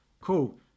cool